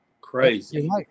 Crazy